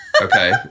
okay